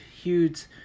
huge